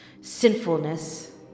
sinfulness